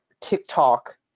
TikTok